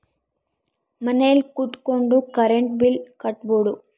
ಮನೆಲ್ ಕುತ್ಕೊಂಡ್ current bill ಕಟ್ಬೊಡು